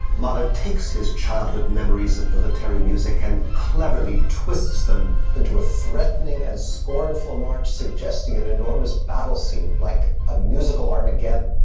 mahler takes his childhood memories of military music and cleverly twists them into a threatening and scornful march, suggesting an enormous battle scene, like a musical armageddon.